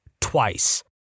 Twice